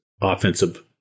offensive